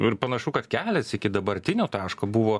nu ir panašu kad kelias iki dabartinio taško buvo